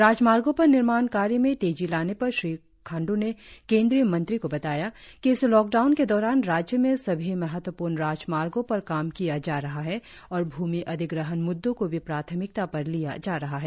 राजमार्गों पर निर्माण कार्य में तेजी लाने पर श्री खांडू ने केंद्रीय मंत्री को बताया कि इस लॉकडाउन के दौरान राज्य में सभी महत्वपूर्ण राजमार्गों पर काम किया जा रहा है और भूमि अधिग्रहण म्द्दों को भी प्राथमिकता पर लिया जा रहा है